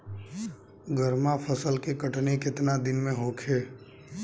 गर्मा फसल के कटनी केतना दिन में होखे?